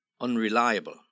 Unreliable